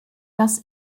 dass